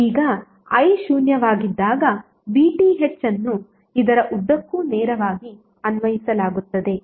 ಈಗ i ಶೂನ್ಯವಾಗಿದ್ದಾಗ VTh ಅನ್ನು ಇದರ ಉದ್ದಕ್ಕೂ ನೇರವಾಗಿ ಅನ್ವಯಿಸಲಾಗುತ್ತದೆ